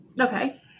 Okay